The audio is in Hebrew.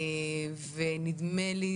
ונדמה לי,